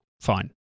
fine